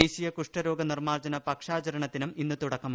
ദേശീയ കുഷ്ഠരോഗ നിർമ്മാർജ്ജന പക്ഷാചരണത്തിനും ഇന്ന് തുടക്കമായി